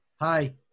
Hi